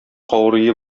каурые